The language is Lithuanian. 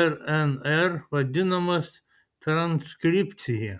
rnr vadinamas transkripcija